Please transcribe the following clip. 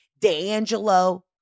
D'Angelo